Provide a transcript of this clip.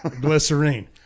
glycerine